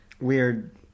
weird